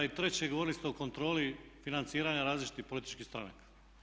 I treće govorili ste o kontroli financiranja različitih političkih stranaka.